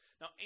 now